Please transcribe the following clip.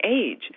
age